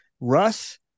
Russ